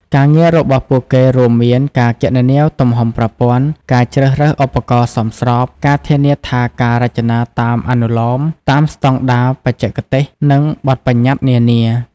ការងាររបស់ពួកគេរួមមានការគណនាទំហំប្រព័ន្ធ ការជ្រើសរើសឧបករណ៍សមស្រប ការធានាថាការរចនាតាមអនុលោម តាមស្តង់ដារបច្ចេកទេស និងបទប្បញ្ញត្តិនានា។